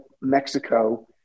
Mexico